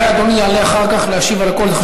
אולי אדוני יעלה אחר כך להשיב על הכול,